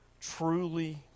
truly